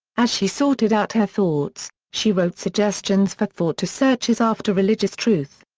as she sorted out her thoughts, she wrote suggestions for thought to searchers after religious truth.